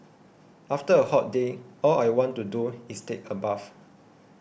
after a hot day all I want to do is take a bath